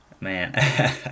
Man